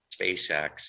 spacex